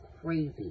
crazy